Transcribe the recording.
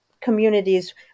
communities